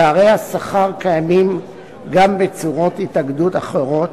פערי השכר קיימים גם בצורות התאגדות אחרות,